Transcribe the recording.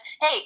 hey